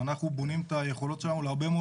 אנחנו בונים את היכולות שלנו להרבה מאוד